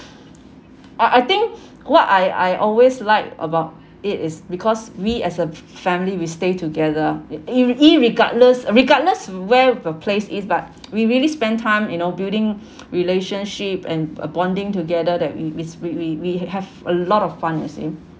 I I think what I I always like about it is because we as a family we stay together ir~ irregardless regardless where the place is but we really spend time you know building relationship and a bonding together that we we we we have a lot of fun you see